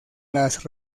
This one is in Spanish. las